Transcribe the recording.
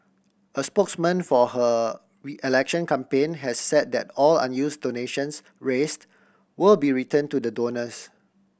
a spokesman for her we election campaign has said that all unuse donations raised will be return to the donors